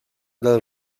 del